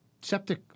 septic